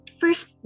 first